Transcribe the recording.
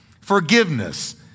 forgiveness